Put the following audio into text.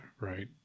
right